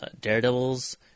Daredevil's